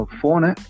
phone